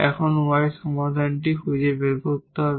এখন y সমাধানটি খুঁজে বের করতে হবে